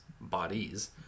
bodies